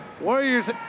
Warriors